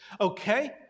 okay